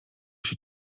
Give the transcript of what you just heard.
się